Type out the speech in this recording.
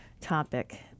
topic